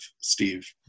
steve